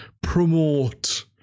promote